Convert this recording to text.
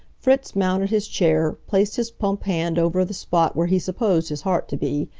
fritz mounted his chair, placed his plump hand over the spot where he supposed his heart to be,